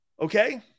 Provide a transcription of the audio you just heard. Okay